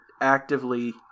actively